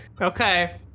Okay